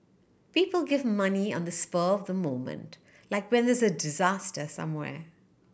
people give money on the spur of the moment like when there's a disaster somewhere